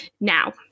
Now